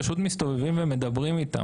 פשוט מסתובבים ומדברים פה.